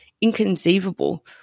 inconceivable